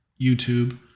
YouTube